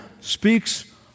speaks